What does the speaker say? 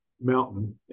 mountain